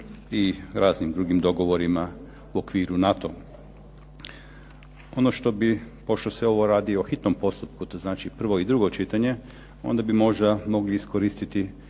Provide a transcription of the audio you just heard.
i raznim drugim dogovorima u okviru NATO-a. Pošto se ovo radi o hitnom postupku, to znači prvo i drugo čitanje, onda bi možda mogli iskoristiti